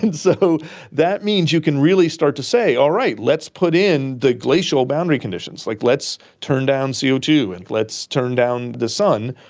so that means you can really start to say, all right, let's put in the glacial boundary conditions, like let's turn down c o two, and let's turn down the sun,